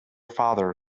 father